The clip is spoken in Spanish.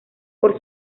por